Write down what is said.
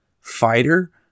fighter